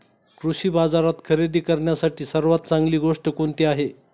कृषी बाजारात खरेदी करण्यासाठी सर्वात चांगली गोष्ट कोणती आहे?